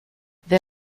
they